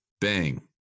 Bang